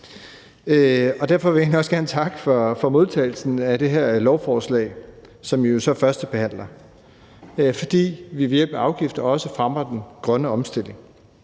egentlig også gerne takke for modtagelsen af det her lovforslag, som vi jo så førstebehandler, fordi vi ved hjælp af afgifter også fremmer den grønne omstilling.